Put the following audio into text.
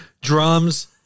Drums